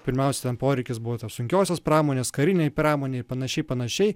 pirmiausia ten poreikis buvo tos sunkiosios pramonės karinei pramonei panašiai panašiai